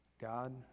God